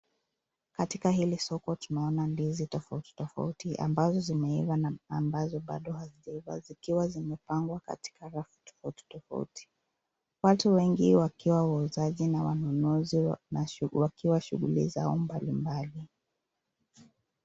Katika soko hili tunaona ndizi tofauti tofauti, ambazo zimeiva na ambazo bado hazijaiva zikiwa zimepangwa katika rafu tofauti tofauti. Watu wengi wakiwa wauzaji na wanunuzi wanashu, wakiwa shughuli zao mbalimbali.